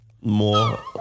More